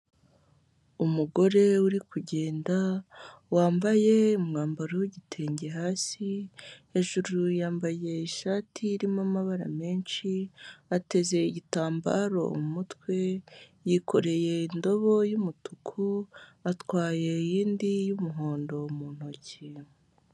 Umugore uri kugenda, wambaye umwambaro w'igitenge hasi, hejuru yambaye ishati irimo amabara menshi, ateze igitambaro mu mutwe yikoreye indobo y'umutuku atwaye iyindi y'umuhondo mu ntoki.